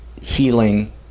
healing